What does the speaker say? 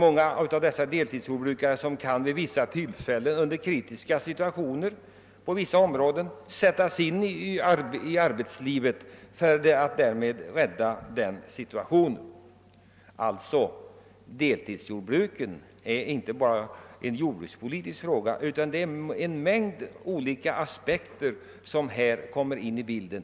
Många av dessa deltidsjordbrukare kan i krissituationer på något område sättas in i arbetslivet. Deltidsjordbruken är alltså inte bara en jordbrukspolitisk fråga, utan det är en mängd andra aspekter som här kommer in i bilden.